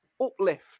uplift